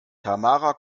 tamara